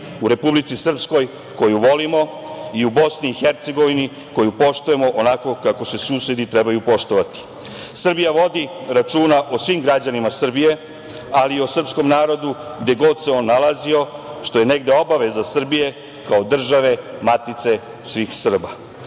u Republici Srpskoj koju volimo i u BiH koju poštujemo onako kako se susedi trebaju poštovati. Srbija vodi računa o svim građanima Srbije, ali i o srpskom narodu, gde god se on nalazio, što je negde obaveza Srbije kao države, matice svih Srba.